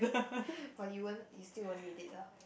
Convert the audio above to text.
but you won't still won't use it lah